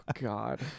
god